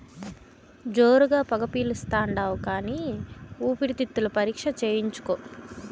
జోరుగా పొగ పిలిస్తాండావు కానీ ఊపిరితిత్తుల పరీక్ష చేయించుకో